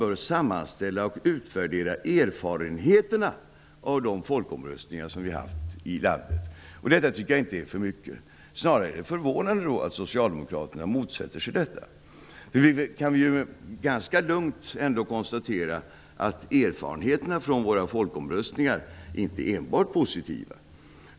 Utskottet säger bara att erfarenheterna av de folkomröstningar som genomförts i landet bör sammanställas och utvärderas. Detta tycker jag inte är för mycket. Det är snarare förvånande att Socialdemokraterna motsätter sig detta förslag. Vi kan ganska lugnt konstatera att erfarenheterna från folkomröstningar inte är enbart positiva.